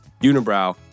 Unibrow